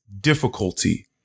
difficulty